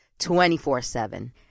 24-7